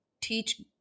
teach